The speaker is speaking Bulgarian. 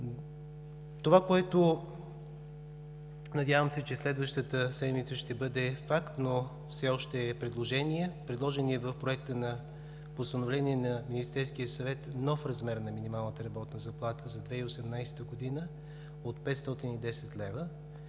Това, което надявам се, че следващата седмица ще бъде факт, но все още е предложение, в Проекта на постановление на Министерския съвет се предвижда нов размер на минималната работна заплата за 2018 г. от 510 лв.